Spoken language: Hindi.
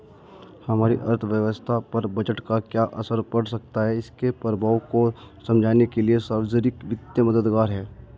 हमारी अर्थव्यवस्था पर बजट का क्या असर पड़ सकता है इसके प्रभावों को समझने के लिए सार्वजिक वित्त मददगार है